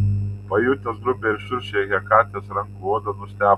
pajutęs grubią ir šiurkščią hekatės rankų odą nustebo